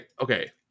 Okay